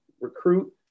recruit